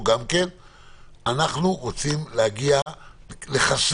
כשרצינו להגיע ל-250,